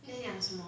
这